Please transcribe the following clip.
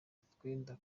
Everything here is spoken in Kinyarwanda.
utwenda